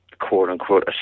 quote-unquote